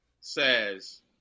says